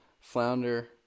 flounder